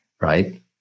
right